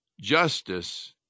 justice